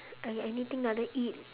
!aiya! anything ah then eat